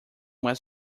was